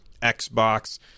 Xbox